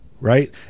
right